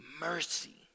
mercy